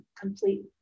complete